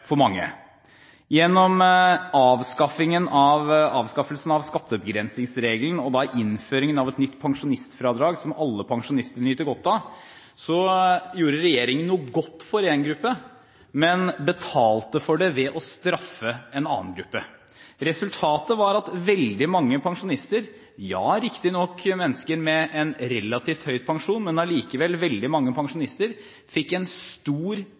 for mange. Gjennom avskaffelsen av skattebegrensningsregelen og innføringen av et nytt pensjonistfradrag som alle pensjonistene nyter godt av, gjorde regjeringen noe godt for én gruppe, men betalte for det ved å straffe en annen gruppe. Resultatet var at veldig mange pensjonister – riktignok mennesker med en relativt høy pensjon, men allikevel veldig mange pensjonister – fikk en stor,